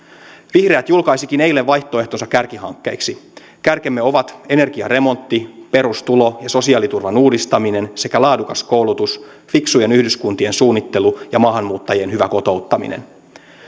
vihreät julkaisikin eilen vaihtoehtonsa kärkihankkeiksi kärkemme ovat energiaremontti perustulo ja sosiaaliturvan uudistaminen sekä laadukas koulutus fiksujen yhdyskuntien suunnittelu ja maahanmuuttajien hyvä kotouttaminen